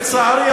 לצערי,